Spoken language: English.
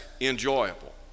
enjoyable